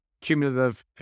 cumulative